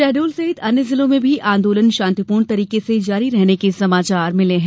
शहडोल सहित अन्य जिलों से भी आंदोलन शांतिपूर्ण तरीके से जारी रहने के समाचार हैं